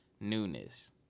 newness